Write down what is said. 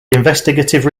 investigative